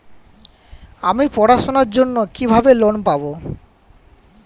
আমি পড়াশোনার জন্য কিভাবে লোন পাব?